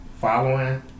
following